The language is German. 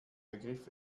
begriff